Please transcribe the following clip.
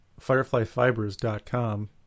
fireflyfibers.com